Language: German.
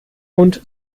und